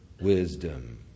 wisdom